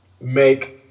make